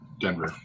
Denver